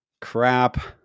crap